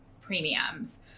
premiums